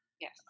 Yes